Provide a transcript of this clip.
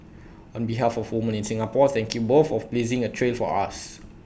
on behalf of women in Singapore thank you both for blazing A trail for us